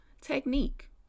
technique